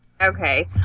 Okay